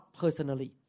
personally